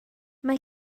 mae